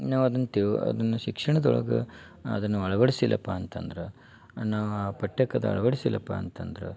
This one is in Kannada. ನಾವು ಅದನ್ನ ತಿವ್ ಅದನ್ನು ಶಿಕ್ಷಣದೊಳಗೆ ಅದನ್ನು ಅಳ್ವಡಿಸಿಲ್ಲಪ್ಪ ಅಂತಂದ್ರೆ ಅನ್ನುವ ಆ ಪಠ್ಯದ ಅಳ್ವಡಿಸಿಲ್ಲಪ್ಪ ಅಂತಂದ್ರೆ